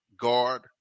guard